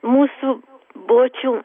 mūsų bočių